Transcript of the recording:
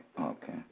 Okay